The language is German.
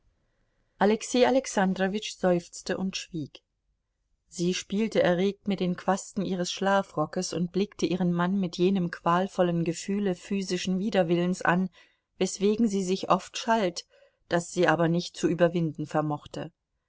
alexei alexandrowitsch seufzte und schwieg sie spielte erregt mit den quasten ihres schlafrockes und blickte ihren mann mit jenem qualvollen gefühle physischen widerwillens an weswegen sie sich oft schalt das sie aber nicht zu überwinden vermochte